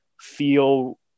feel